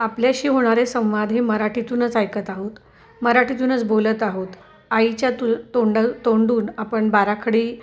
आपल्याशी होणारे संवाद हे मराठीतूनच ऐकत आहोत मराठीतूनच बोलत आहोत आईच्या तु तोंड तोंडून आपण बाराखडी